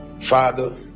Father